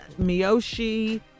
Miyoshi